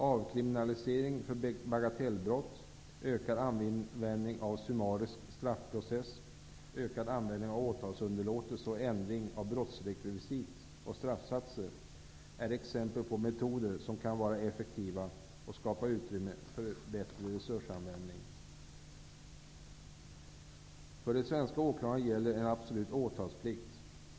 Avkriminalisering för bagatellbrott, ökad användning av summarisk straffprocess, ökad användning av åtalsunderlåtelse och ändring av brottsrekvisit och straffsatser är exempel på metoder som kan vara effektiva och skapa utrymme för en bättre resursanvändning. För de svenska åklagarna gäller en absolut åtalsplikt.